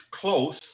close